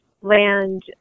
land